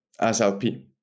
SLP